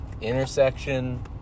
intersection